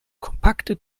kompakte